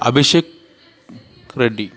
Abhishek Reddy